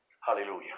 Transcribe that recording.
Hallelujah